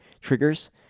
triggers